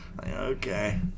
Okay